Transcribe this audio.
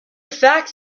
facts